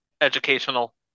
educational